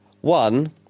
One